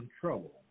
trouble